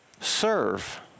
serve